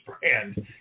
brand